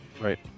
Right